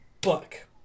book